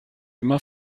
immer